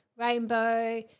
rainbow